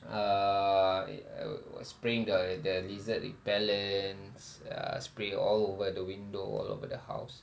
uh it uh spraying the the lizard repellents uh spray all over the window all over the house